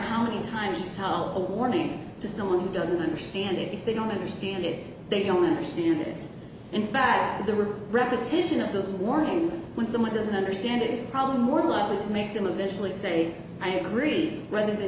how many times it's how old warning to someone who doesn't understand it if they don't understand it they don't understand it in fact there were repetition of those warnings when someone doesn't understand it probably more likely to make them eventually say i agree rather than